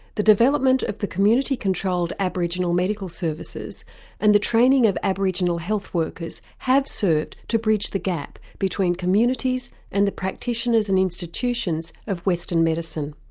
the development of the community-controlled aboriginal medical service and the training of aboriginal health workers have served to bridge the gap between communities and the practitioners and institutions of western medicine.